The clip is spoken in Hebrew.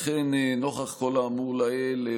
לכן נוכח כל האמור לעיל,